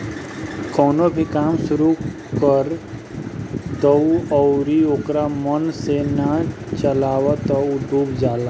कवनो भी काम शुरू कर दअ अउरी ओके मन से ना चलावअ तअ उ डूब जाला